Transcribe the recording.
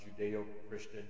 Judeo-Christian